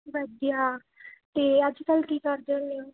ਵਧੀਆ ਅਤੇ ਅੱਜ ਕੱਲ੍ਹ ਕੀ ਕਰਦੇ ਹੁੰਦੇ ਹੋ